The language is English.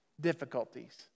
difficulties